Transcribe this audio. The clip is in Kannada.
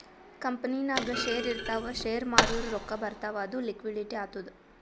ಕಂಪನಿನಾಗ್ ಶೇರ್ ಇರ್ತಾವ್ ಶೇರ್ ಮಾರೂರ್ ರೊಕ್ಕಾ ಬರ್ತಾವ್ ಅದು ಲಿಕ್ವಿಡಿಟಿ ಆತ್ತುದ್